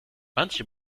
manche